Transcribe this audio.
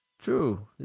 True